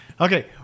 Okay